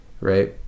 right